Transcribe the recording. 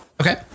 Okay